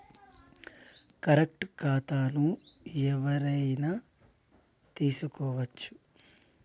Current ఖాతాను ఎవలైనా తీసుకోవచ్చా?